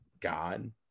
god